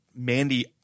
Mandy